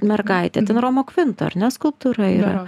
mergaitę ten romo kvinto ar ne skulptūra yra